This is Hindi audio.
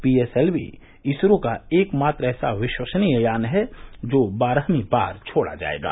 पीएसएलवी इसरो का एक मात्र ऐसा विश्वसनीय यान है जो बारहवीं बार छोड़ जायेगा